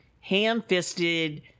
ham-fisted